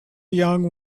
young